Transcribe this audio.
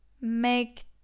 Make